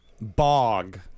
Bog